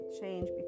change